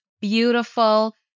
beautiful